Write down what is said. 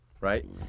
Right